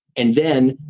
and then,